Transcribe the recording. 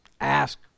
ask